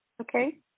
okay